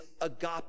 agape